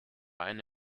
eine